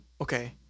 okay